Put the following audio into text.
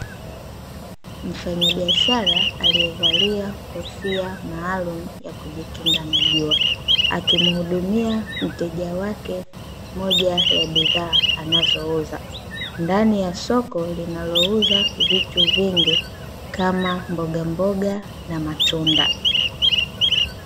Mfanyabiashara aliyevalia kofia maalumu ya kujikinga na jua, akimhudumia mteja wake moja ya bidhaa anazouza, ndani ya soko linalouza vitu vingi kama mbogamboga na matunda.